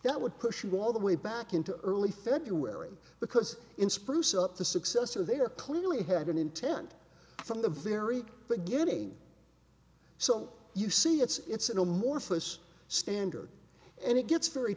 that would push you all the way back into early february because in spruce up the successor there clearly had an intent from the very beginning so you see it's an amorphous standard and it gets very